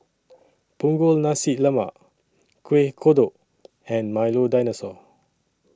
Punggol Nasi Lemak Kueh Kodok and Milo Dinosaur